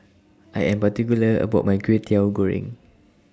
I Am particular about My Kwetiau Goreng